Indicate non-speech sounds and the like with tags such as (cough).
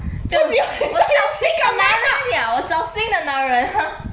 我道歉干嘛我找新的男人 (noise)